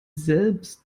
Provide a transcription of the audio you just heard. selbst